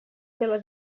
pela